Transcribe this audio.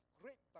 great